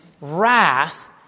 wrath